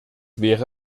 wäre